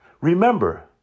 remember